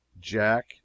jack